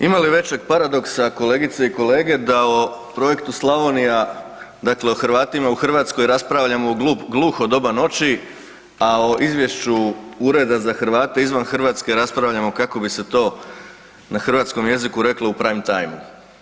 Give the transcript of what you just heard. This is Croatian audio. Ima li većeg paradoksa, kolegice i kolege da o projektu Slavonija dakle o Hrvatima u Hrvatskoj raspravljamo u gluho doba noći a o izvješću Ureda za Hrvate izvan Hrvatske raspravljamo kako bi se to na hrvatskom jeziku reklo, u prime timeu?